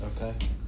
Okay